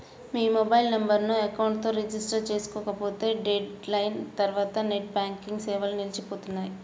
మీ mobile నెంబర్ను account తో register చేసుకోకపోతే డెడ్ లైన్ తర్వాత నెట్ బ్యాంకింగ్ సేవలు నిలిచిపోనున్నాయి